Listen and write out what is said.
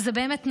וזה באמת נכון.